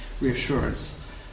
reassurance